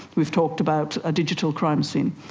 we've talked about a digital crime scene,